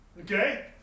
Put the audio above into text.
Okay